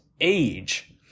age